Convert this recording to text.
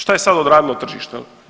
Šta je sad odradilo tržište?